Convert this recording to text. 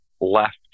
Left